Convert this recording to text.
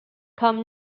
come